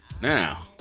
Now